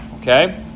Okay